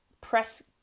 press